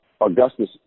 Augustus